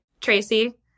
Tracy